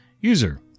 User